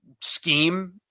scheme